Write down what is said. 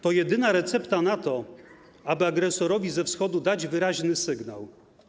To jedyna recepta na to, aby agresorowi ze Wschodu dać wyraźny sygnał.